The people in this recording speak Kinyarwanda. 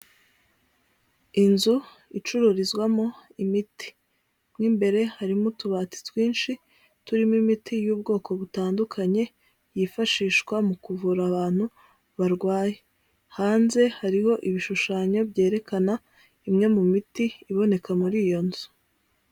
Inzu icururizwamo imiti, mo imbere harimo utubati twinshi turimo imiti y'ubwoko butandukanye yifashishwa mu kuvura abantu barwaye, hanze hariho ibishushanyo byerekana imwe mu miti iboneka muri iyo nzu.